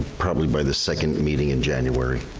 probably by the second meeting in january.